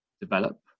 develop